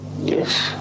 Yes